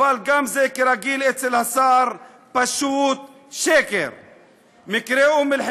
וזה כסף שיסייע להן לקיום,